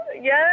Yes